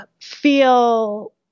feel